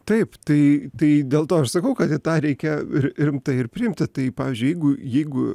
taip tai tai dėl to aš sakau kad į tą reikia ri rimtai ir priimti tai pavyzdžiui jeigu jeigu